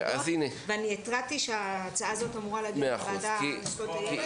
אני התרעתי שההצעה הזאת אמורה להגיע מהוועדה לזכויות הילד.